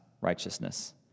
righteousness